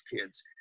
kids –